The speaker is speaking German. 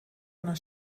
einer